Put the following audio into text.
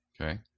Okay